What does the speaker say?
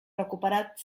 recuperat